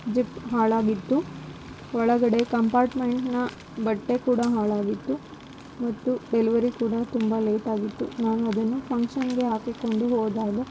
zip ಹಾಳಾಗಿದ್ದು ಒಳಗಡೆ ಕಂಪಾರ್ಟ್ಮೆಂಟ್ನ ಬಟ್ಟೆ ಕೂಡ ಹಾಳಾಗಿದ್ದು ಮತ್ತು ಡೆಲಿವರಿ ಕೂಡ ತುಂಬ ಲೇಟಾಗಿತ್ತು ನಾನು ಅದನ್ನು ಫಂಕ್ಷನ್ಗೆ ಹಾಕಿಕೊಂಡು ಹೋದಾಗ